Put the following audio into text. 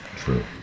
True